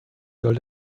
soll